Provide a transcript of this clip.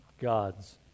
God's